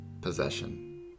possession